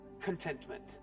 contentment